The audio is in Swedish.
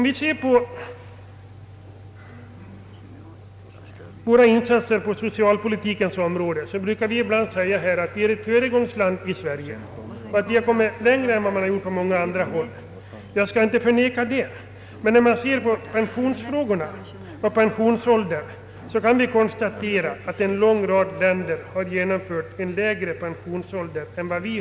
Vi brukar ibland säga att Sverige är ett föregångsland på det socialpolitiska området och att vi kommit längre än man gjort på många andra håll. Jag skall inte förneka detta. Men när det gäller pensionsåldern kan man konstatera att en lång rad länder genomfört en lägre pensionsålder än vi.